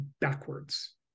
backwards